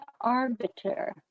arbiter